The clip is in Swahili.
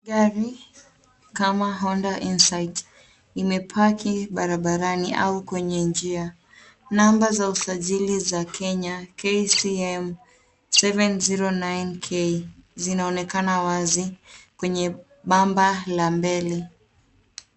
Gari kama Honda Insight imepaki barabarani au kwenye njia. Namba za usajili za Kenya KCM 709K zinaonekana wazi kwenye bamba la mbele.